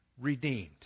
redeemed